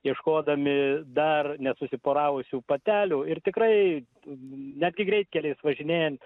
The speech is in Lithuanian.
ieškodami dar nesusiporavusių patelių ir tikrai netgi greitkeliais važinėjant